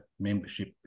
membership